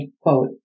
quote